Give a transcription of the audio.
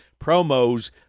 promos